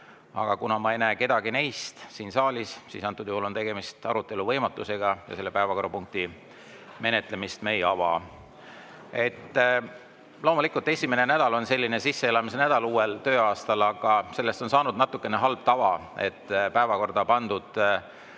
Aga kuna ma ei näe kedagi neist siin saalis, siis antud juhul on tegemist arutelu võimatusega ja selle päevakorrapunkti menetlemist me ei ava. Loomulikult, esimene nädal uuel tööaastal on sisseelamise nädal, aga sellest on saanud natukene halb tava, et päevakorda pandud